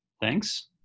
Thanks